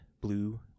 Blue